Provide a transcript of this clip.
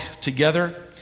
together